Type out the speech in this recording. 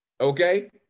Okay